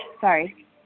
Sorry